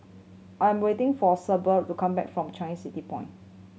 I am waiting for Sable to come back from Changi City Point